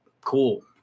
cool